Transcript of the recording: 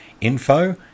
info